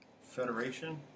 Federation